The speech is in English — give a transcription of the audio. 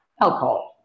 alcohol